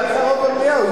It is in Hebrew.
והיה לך רוב במליאה.